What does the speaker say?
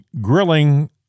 grilling